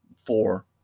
Four